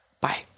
Bye